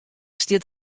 stiet